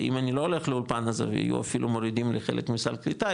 ואם אני לא הולך לאולפן אז היו אפילו מורידים לי חלק מסל קליטה,